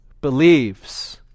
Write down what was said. Believes